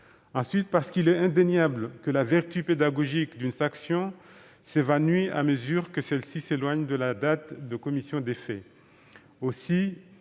ensuite parce qu'il est indéniable que la vertu pédagogique d'une sanction s'évanouit à mesure que celle-ci s'éloigne de la date de commission des faits.